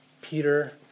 Peter